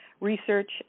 research